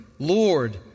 Lord